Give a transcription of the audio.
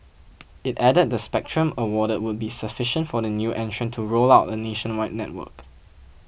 it added the spectrum awarded would be sufficient for the new entrant to roll out a nationwide network